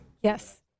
Yes